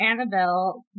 Annabelle